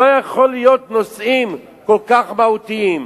לא יכול להיות שנושאים כל כך מהותיים,